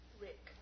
Rick